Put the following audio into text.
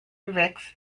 rix